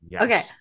Okay